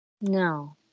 No